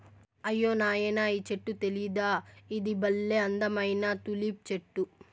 అయ్యో నాయనా ఈ చెట్టు తెలీదా ఇది బల్లే అందమైన తులిప్ చెట్టు